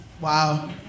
Wow